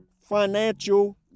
financial